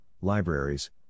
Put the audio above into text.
libraries